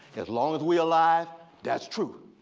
as long as we alive, that's true.